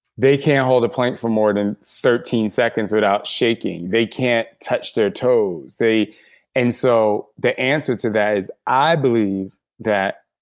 they can't hold a plank for more than thirteen seconds without shaking. they can't touch their toes. and so the answer to that is, i believe that